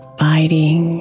fighting